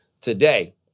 today